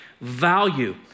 value